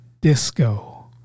disco